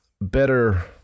better